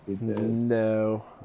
No